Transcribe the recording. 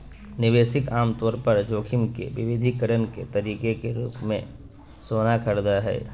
निवेशक आमतौर पर जोखिम के विविधीकरण के तरीके के रूप मे सोना खरीदय हय